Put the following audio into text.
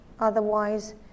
Otherwise